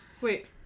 Wait